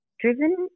driven